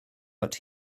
but